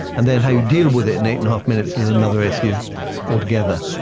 and then how you deal with it in eight and a half minutes is another issue altogether.